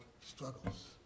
struggles